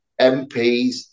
MPs